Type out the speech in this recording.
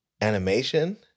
animation